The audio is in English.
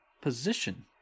position